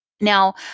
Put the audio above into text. Now